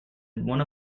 one